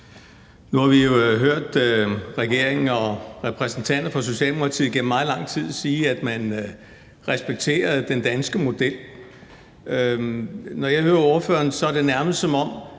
lang tid hørt regeringen og repræsentanter fra Socialdemokratiet sige, at man respekterer den danske model. Når jeg hører ordføreren, er det nærmest, som om